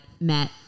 met